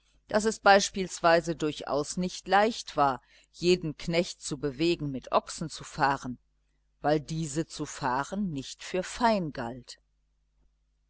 daß es beispielsweise durchaus nicht leicht war jeden knecht zu bewegen mit ochsen zu fahren weil diese zu fahren nicht für fein galt